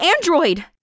android